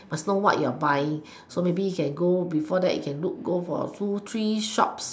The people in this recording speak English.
must know what you're buying so maybe you can go before that you can look go for two three shops